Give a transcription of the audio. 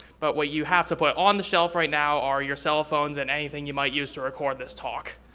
but what you have to put on the shelf right now are your cell phones and anything you might use to record this talk.